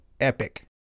epic